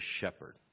shepherd